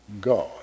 God